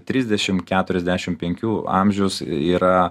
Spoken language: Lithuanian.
trisdešim keturiasdešim penkių amžius yra